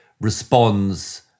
responds